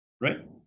right